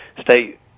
State